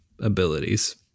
abilities